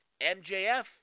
MJF